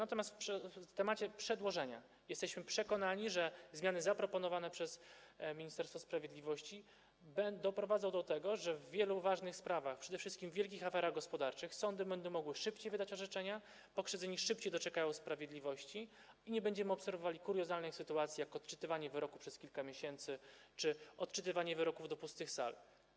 Natomiast w temacie przedłożenia jesteśmy przekonani, że zmiany zaproponowane przez Ministerstwo Sprawiedliwości doprowadzą do tego, że w wielu ważnych sprawach, przede wszystkim w wielkich aferach gospodarczych, sądy będą mogły szybciej wydać orzeczenia, pokrzywdzeni szybciej doczekają sprawiedliwości i nie będziemy obserwowali kuriozalnych sytuacji, jak odczytywanie wyroku przez kilka miesięcy czy odczytywanie wyroków do pustych sal.